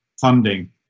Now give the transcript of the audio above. funding